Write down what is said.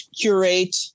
curate